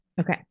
Okay